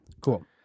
cool